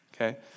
Okay